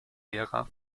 lehrer